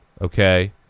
okay